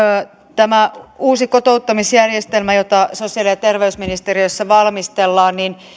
tämä uusi kotouttamisjärjestelmä jota sosiaali ja terveysministeriössä valmistellaan